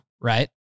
Right